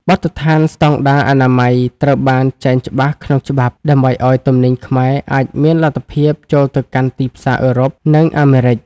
បទដ្ឋានស្ដង់ដារអនាម័យ ត្រូវបានចែងច្បាស់ក្នុងច្បាប់ ដើម្បីឱ្យទំនិញខ្មែរអាចមានលទ្ធភាពចូលទៅកាន់ទីផ្សារអឺរ៉ុប និងអាមេរិក។